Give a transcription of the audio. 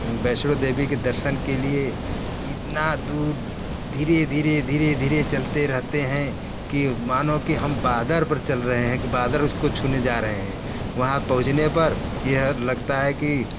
वैष्णो देवी के दर्शन के लिए इतना दूर धीरे धीरे धीरे धीरे चलते रहते हैं कि मानो कि हम बादल पर चल रहें हैं कि बादल उसको छूने जा रहें हैं वहाँ पहुंचने पर यह लगता है कि